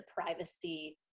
privacy